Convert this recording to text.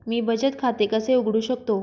मी बचत खाते कसे उघडू शकतो?